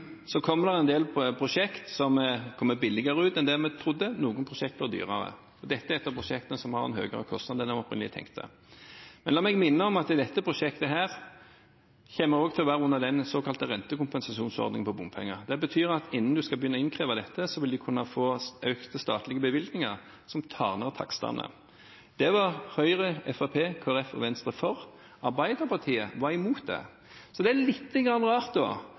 Så kommer det en del prosjekter som kommer billigere ut enn det vi trodde, og noen prosjekter blir dyrere. Dette er et av prosjektene som har en høyere kostnad enn en opprinnelig tenkte. Men la meg minne om at dette prosjektet kommer til å være under den såkalte rentekompensasjonsordningen for bompenger. Det betyr at innen en skal begynne å innkreve dette, vil en kunne få økte statlige bevilgninger som tar ned takstene. Det var Høyre, Fremskrittspartiet, Kristelig Folkeparti og Venstre for. Arbeiderpartiet var imot det. Så det er lite grann rart